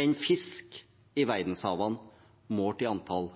enn fisk i verdenshavene, målt i antall